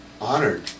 Honored